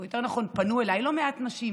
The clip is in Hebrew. או יותר נכון פנו אליי, לא מעט נשים